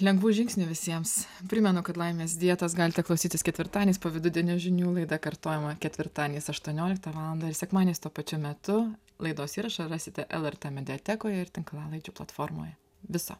lengvu žingsniu visiems primenu kad laimės dietos galite klausytis ketvirtadieniais po vidudienio žinių laida kartojama ketvirtadieniais aštuonioliktą valandą ir sekmadieniais tuo pačiu metu laidos įrašą rasite lrt mediatekoje ir tinklalaidžių platformoje viso